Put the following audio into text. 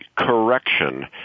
correction